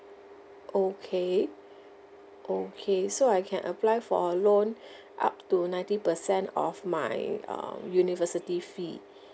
okay okay so I can apply for a loan up to ninety percent of my uh university fee